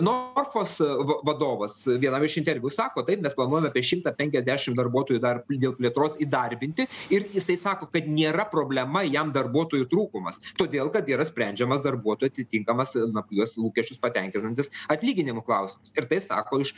norfos vadovas vienam iš interviu sako taip mes planuojame apie šimtą penkiasdešimt darbuotojų dar dėl plėtros įdarbinti ir jisai sako kad nėra problema jam darbuotojų trūkumas todėl kad yra sprendžiamas darbuotojų atitinkamas lūkesčius patenkinantis atlyginimų klausimas ir tai sako iš